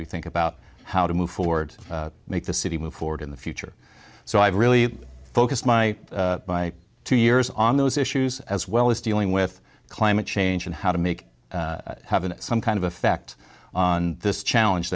we think about how to move forward make the city move forward in the future so i've really focused my two years on those issues as well as dealing with climate change and how to make having some kind of effect on this challenge